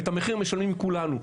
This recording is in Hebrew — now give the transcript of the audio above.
ואת המחיר משלמים כולנו.